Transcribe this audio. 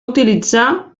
utilitzar